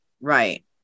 right